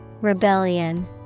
Rebellion